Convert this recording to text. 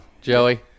Joey